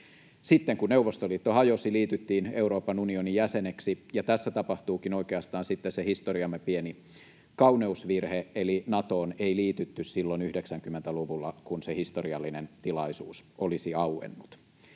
Sitten, kun Neuvostoliitto hajosi, liityttiin Euroopan unionin jäseneksi, ja tässä tapahtuukin oikeastaan sitten se historiamme pieni kauneusvirhe, eli Natoon ei liitytty silloin 90-luvulla, kun se historiallinen tilaisuus olisi auennut.